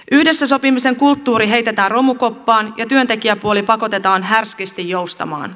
yhdessä sopimisen kulttuuri heitetään romukoppaan ja työntekijäpuoli pakotetaan härskisti joustamaan